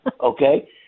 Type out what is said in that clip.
Okay